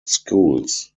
schools